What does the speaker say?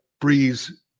Breeze